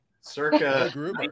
Circa